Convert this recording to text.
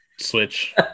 Switch